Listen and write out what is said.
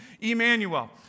Emmanuel